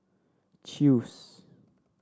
Chew's